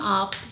up